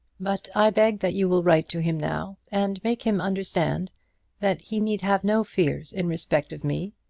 but i beg that you will write to him now, and make him understand that he need have no fears in respect of me.